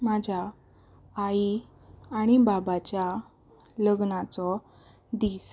म्हज्या आई आनी बाबाच्या लग्नाचो दीस